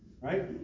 right